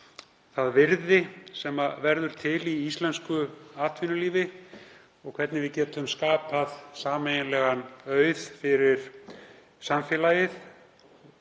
það virði sem verður til í íslensku atvinnulífi og hvernig við getum skapað sameiginlegan auð fyrir samfélagið,